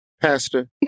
Pastor